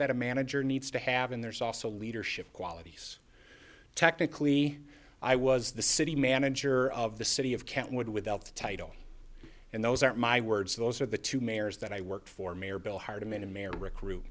that a manager needs to have and there's also leadership qualities technically i was the city manager of the city of count would without the title and those aren't my words those are the two mayors that i work for